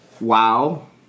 wow